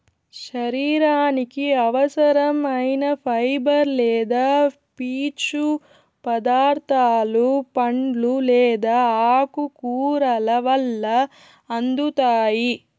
శరీరానికి అవసరం ఐన ఫైబర్ లేదా పీచు పదార్థాలు పండ్లు లేదా ఆకుకూరల వల్ల అందుతాయి